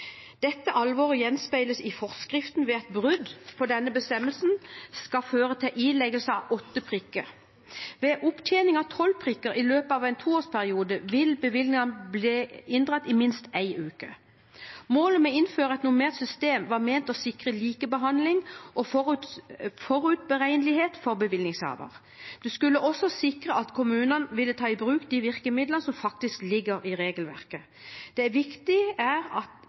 Dette alvoret gjenspeiles i forskriften ved at brudd på denne bestemmelsen skal føre til ileggelse av åtte prikker. Ved opptjening av tolv prikker i løpet av en toårsperiode vil bevillingen bli inndratt i minst én uke. Målet med å innføre et normert system var å sikre likebehandling og forutberegnelighet for bevillingshaveren. Det skulle også sikre at kommunene ville ta i bruk de virkemidlene som faktisk ligger i regelverket. Det viktige er at bevillingshaveren følger regelverket, ikke at